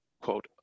quote